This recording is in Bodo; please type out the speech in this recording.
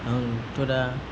आंथ' दा